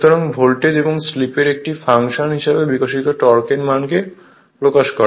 সুতরাং ভোল্টেজ এবং স্লিপের একটি ফাংশন হিসাবে বিকশিত টর্কের মান কে প্রকাশ করে